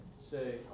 say